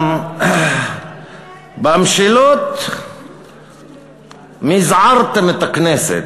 במשילות מזערתם את הכנסת,